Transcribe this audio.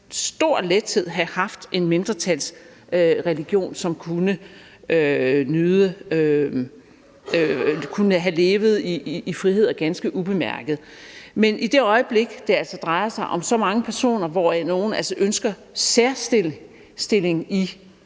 stor lethed have haft en mindretalsreligion, som kunne have levet i frihed og ganske ubemærket. Men i det øjeblik det altså drejer sig om så mange personer, hvoraf nogle ønsker særstilling i